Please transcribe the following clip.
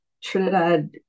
Trinidad